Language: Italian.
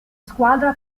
squadra